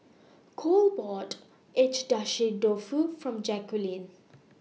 Cole bought Agedashi Dofu For Jacquelynn